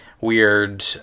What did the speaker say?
weird